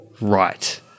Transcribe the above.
Right